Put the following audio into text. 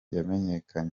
yamenyekanye